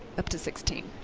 up to sixteen.